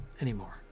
anymore